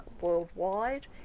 worldwide